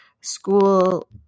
school